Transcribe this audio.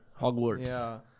Hogwarts